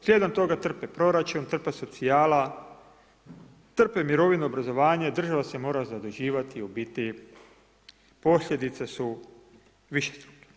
Slijedom toga trpe proračun, trpe socijala, trpe mirovina, obrazovanje, država se mora zaduživati, u biti posljedice su višestruke.